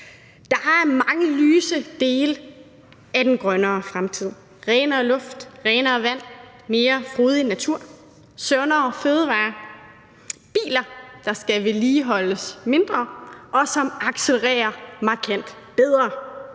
Der er mange lyse dele af den grønnere fremtid: renere luft, renere vand, mere frodig natur, sundere fødevarer, biler, der skal vedligeholdes mindre, og som accelererer markant bedre,